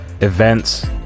events